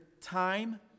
time